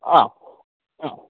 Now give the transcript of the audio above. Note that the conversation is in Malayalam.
ആ ആ